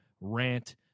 Rant